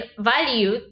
value